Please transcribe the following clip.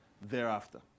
thereafter